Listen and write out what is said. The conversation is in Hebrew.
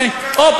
הופ,